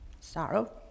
sorrow